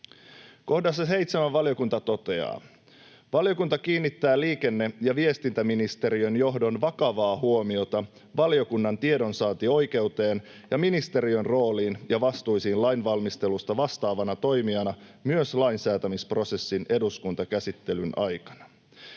Kohdassa seitsemän valiokunta toteaa: ”Valiokunta kiinnittää liikenne- ja viestintäministeriön johdon vakavaa huomiota valiokunnan tiedonsaantioikeuteen ja ministeriön rooliin ja vastuisiin lainvalmistelusta vastaavana toimijana myös lainsäätämisprosessin eduskuntakäsittelyn aikana.”